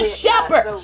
shepherd